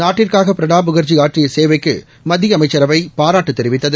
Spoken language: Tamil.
நாட்டுக்காக பிரணாப் முக்ஜி ஆற்றிய சேவைக்கு மத்திய அமைச்சரவை பாராட்டு தெரிவித்தது